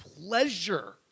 pleasure